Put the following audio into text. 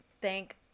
thank